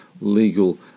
legal